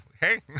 hey